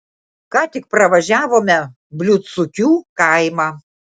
ką tik pravažiavome bliūdsukių kaimą